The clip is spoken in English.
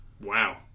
Wow